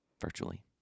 virtually